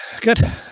Good